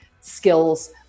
skills